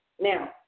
Now